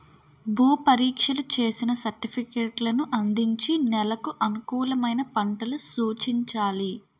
భూ పరీక్షలు చేసిన సర్టిఫికేట్లను అందించి నెలకు అనుకూలమైన పంటలు సూచించాలి